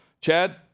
Chad